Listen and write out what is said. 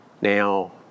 Now